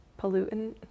pollutant